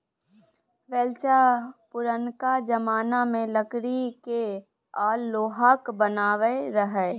बेलचा पुरनका जमाना मे लकड़ी केर आ लोहाक बनय रहय